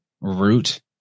root